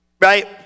right